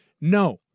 No